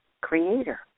Creator